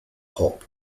hop